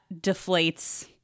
deflates